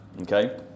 Okay